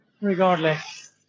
Regardless